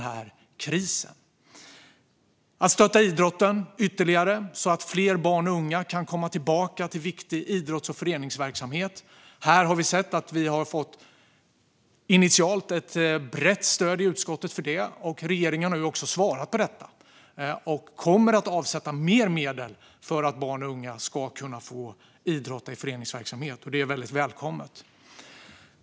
Det handlar om att stötta idrotten ytterligare, så att fler barn och unga kan komma tillbaka till viktig idrotts och föreningsverksamhet. Vi har initialt fått ett brett stöd i utskottet för detta. Regeringen har nu också svarat och kommer att avsätta mer medel för att barn och unga ska kunna få idrotta i föreningsverksamhet. Det är väldigt välkommet.